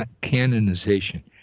canonization